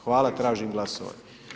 Hvala, tražim glasovanje.